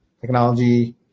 technology